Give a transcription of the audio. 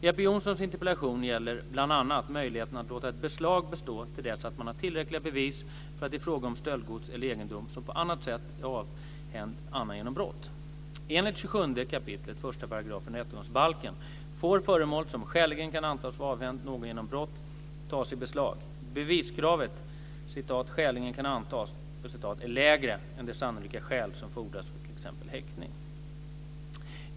Jeppe Johnssons interpellation gäller bl.a. möjligheterna att låta ett beslag bestå till dess att man har tillräckliga bevis för att det är fråga om stöldgods eller egendom som på annat sätt är avhänd annan genom brott. Enligt 27 kap. 1 § rättegångsbalken får föremål som skäligen kan antas vara avhänt någon genom brott tas i beslag. Beviskravet "skäligen kan antas" är lägre än de "sannolika skäl" som fordras för t.ex. häktning.